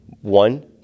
one